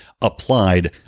applied